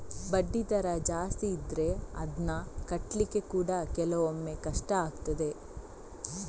ಬಡ್ಡಿ ದರ ಜಾಸ್ತಿ ಇದ್ರೆ ಅದ್ನ ಕಟ್ಲಿಕ್ಕೆ ಕೂಡಾ ಕೆಲವೊಮ್ಮೆ ಕಷ್ಟ ಆಗ್ತದೆ